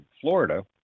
Florida